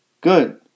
Good